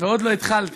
ועוד לא התחלתי.